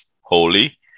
holy